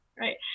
right